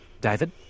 David